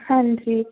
ਹਾਂਜੀ